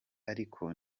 ariko